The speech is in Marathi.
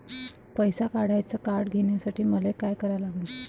पैसा काढ्याचं कार्ड घेण्यासाठी मले काय करा लागन?